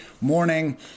morning